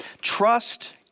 Trust